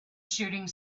shooting